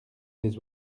des